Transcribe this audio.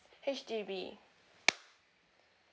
H_D_B